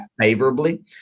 favorably